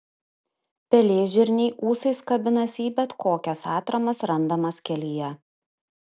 pelėžirniai ūsais kabinasi į bet kokias atramas randamas kelyje